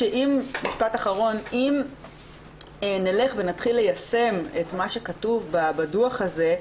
אם נתחיל ליישם את מה שכתוב בדוח הזה,